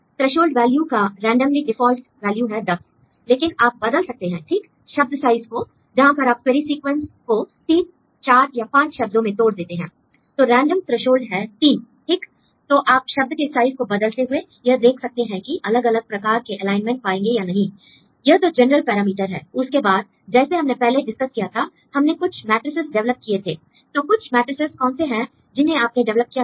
threshold value का randomly default value है 10 लेकिन आप बदल सकते हैं ठीक शब्द साइज को जहां पर आप क्वेरी सीक्वेंस को 3 4 या 5 शब्दों में तोड़ देते हैं l तो रेंडम थ्रेशोल्ड है 3 ठीक l तो आप शब्द के साइज को बदलते हुए यह देख सकते हैं कि अलग अलग प्रकार के एलाइनमेंट पाएंगे या नहीं l यह तो जनरल पैरामीटर है उसके बाद जैसे हमने पहले डिस्कस किया था हमने कुछ मैट्रिसेस डिवेलप किए थे l तो कुछ मैट्रिसेस कौन से हैं जिन्हें आपने डिवेलप किया था